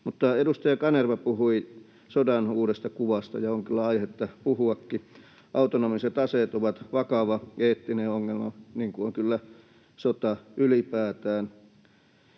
edustaja Kanerva puhui sodan uudesta kuvasta, ja on kyllä aihetta puhuakin. Autonomiset aseet ovat vakava eettinen ongelma, niin kuin on kyllä sota ylipäätään,